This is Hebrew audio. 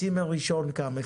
צימר הראשון קם.